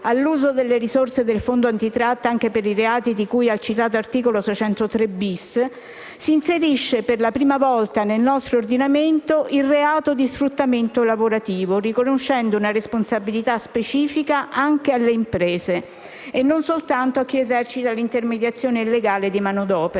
all'uso delle risorse del Fondo anti-tratta anche per i reati di cui al medesimo articolo, si è inserito nel nostro ordinamento, per la prima volta, il reato di sfruttamento lavorativo, riconoscendo una responsabilità specifica anche alle imprese e non soltanto a chi esercita l'intermediazione illegale di manodopera.